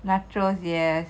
nachos yes